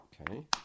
Okay